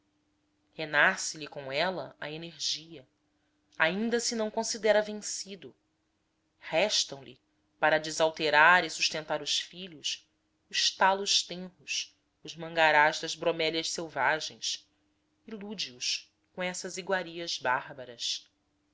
dolorosa renasce lhe com ela a energia ainda se não considera vencido restam lhe para desalterar e sustentar os filhos os talos tenros os mangarás das bromélias selvagens ilude os com essas iguarias bárbaras